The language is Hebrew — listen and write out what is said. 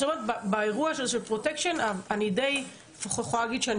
באירוע הזה של פרוטקשן אני יכולה להגיד שאני